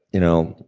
you know,